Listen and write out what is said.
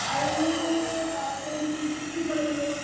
আৰু তাৰপাছত জিলটো কিনিব লাগিব